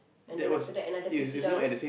and then after that another fifty dollars